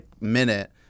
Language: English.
minute